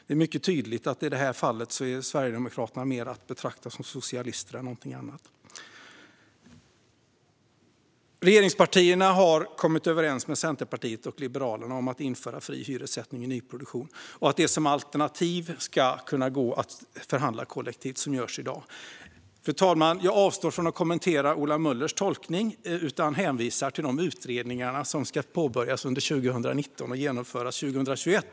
Det är mycket tydligt att Sverigedemokraterna i detta fall är att betrakta mer som socialister än som något annat. Regeringspartierna har kommit överens med Centerpartiet och Liberalerna om att införa fri hyressättning i nyproduktion och att det som alternativ ska gå att förhandla kollektivt, så som sker i dag. Fru talman! Jag avstår från att kommentera Ola Möllers tolkning och hänvisar i stället till de utredningar som ska påbörjas under 2019 och genomföras till 2021.